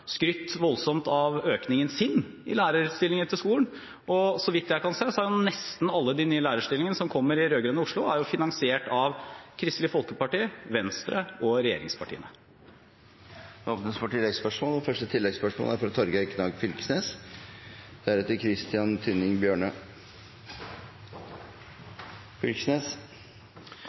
skrytt voldsomt av økningen sin i lærerstillinger i skolen, og så vidt jeg kan se, er nesten alle de nye lærerstillingene som kommer i rød-grønne Oslo, finansiert av Kristelig Folkeparti, Venstre og regjeringspartiene. Det åpnes for oppfølgingsspørsmål – først Torgeir Knag Fylkesnes. For det første er